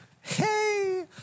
Hey